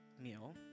meal